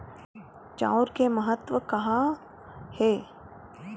चांउर के महत्व कहां हे?